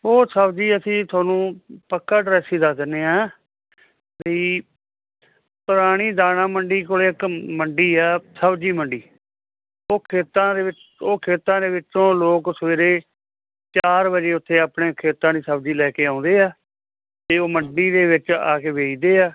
ਉਹ ਸਬਜ਼ੀ ਅਸੀਂ ਤੁਹਾਨੂੰ ਪੱਕਾ ਡਰੈਸ ਹੀ ਦੱਸ ਦਿੰਦੇ ਹਾਂ ਬਈ ਪੁਰਾਣੀ ਦਾਣਾ ਮੰਡੀ ਕੋਲੇ ਇੱਕ ਮੰਡੀ ਆ ਸਬਜ਼ੀ ਮੰਡੀ ਉਹ ਖੇਤਾਂ ਦੇ ਵਿੱਚ ਉਹ ਖੇਤਾਂ ਦੇ ਵਿੱਚੋਂ ਲੋਕ ਸਵੇਰੇ ਚਾਰ ਵਜੇ ਉੱਥੇ ਆਪਣੇ ਖੇਤਾਂ ਦੀ ਸਬਜ਼ੀ ਲੈ ਕੇ ਆਉਂਦੇ ਆ ਅਤੇ ਉਹ ਮੰਡੀ ਦੇ ਵਿੱਚ ਆ ਕੇ ਵੇਚਦੇ ਆ